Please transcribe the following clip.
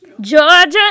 Georgia